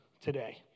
today